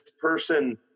person